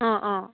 অঁ অঁ